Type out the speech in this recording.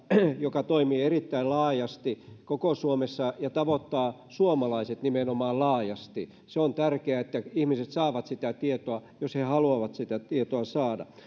joka toimii erittäin laajasti koko suomessa ja tavoittaa suomalaiset nimenomaan laajasti se on tärkeää että ihmiset saavat sitä tietoa jos he he haluavat sitä tietoa saada